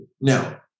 Now